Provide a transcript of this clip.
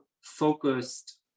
focused